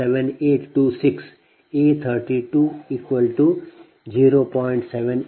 7826 A 32 0